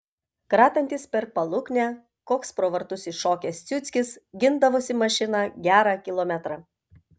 kratantis per paluknę koks pro vartus iššokęs ciuckis gindavosi mašiną gerą kilometrą